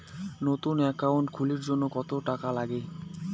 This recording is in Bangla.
নতুন একাউন্ট খুলির জন্যে কত টাকা নাগে?